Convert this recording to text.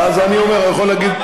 הוא אמר את זה,